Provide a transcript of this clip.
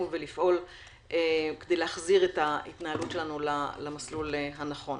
ולפעול כדי להחזיר את ההתנהלות שלנו למסלול הנכון.